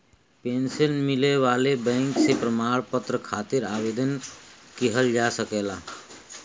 pension मिले वाले bank से प्रमाण पत्र खातिर आवेदन किहल जा सकला